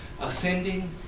ascending